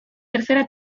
tercera